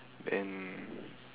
then